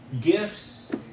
gifts